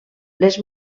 les